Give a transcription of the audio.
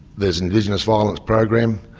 there's an indigenous violence program,